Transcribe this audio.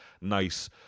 Nice